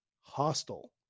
hostile